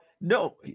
No